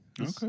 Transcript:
Okay